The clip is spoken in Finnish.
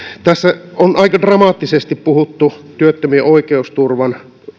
tässä on aika dramaattisesti puhuttu työttömien oikeusturvan